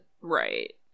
Right